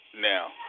now